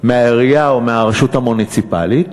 מהעירייה או מהרשות המוניציפלית,